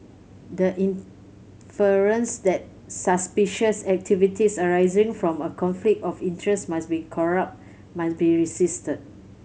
the inference that suspicious activities arising from a conflict of interest must be corrupt must be resisted